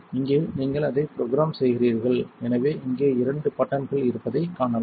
இங்கே நீங்கள் அதை ப்ரொக்ராம் செய்கிறீர்கள் எனவே இங்கே இரண்டு பட்டன்கள் இருப்பதைக் காணலாம்